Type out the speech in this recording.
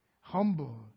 humble